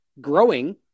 Growing